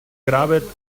grabbed